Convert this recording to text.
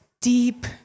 deep